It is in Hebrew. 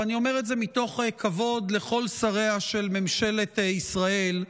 ואני אומר את זה מתוך כבוד לכל שריה של ממשלת ישראל,